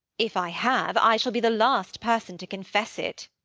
if i have, i shall be the last person to confess it.